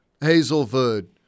Hazelwood